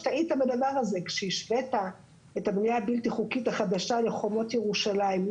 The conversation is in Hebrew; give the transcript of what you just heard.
טעית בדבר הזה כשהשווית את הבנייה הבלתי חוקית החדשה לחומות ירושלים.